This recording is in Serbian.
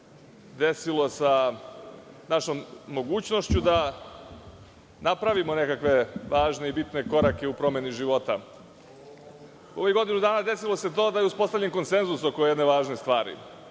desilo sa našom mogućnošću da napravimo nekakve važne i bitne korake u promeni života. Ovih godinu dana desilo se to da je uspostavljen konsenzus oko jedne važne stvari,